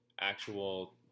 actual